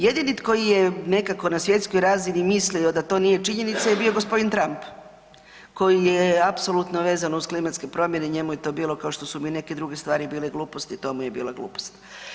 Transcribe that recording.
Jedini tko je nekako na svjetskoj razini mislio da to nije činjenica je bio g. Trump koji je apsolutno vezan uz klimatske promjene i njemu je to bilo, kao što su mu i neke druge stvari bile gluposti, i to mu je bila glupost.